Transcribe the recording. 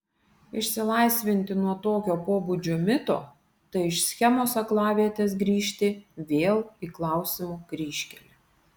išsilaisvinti nuo tokio pobūdžio mito tai iš schemos aklavietės grįžti vėl į klausimų kryžkelę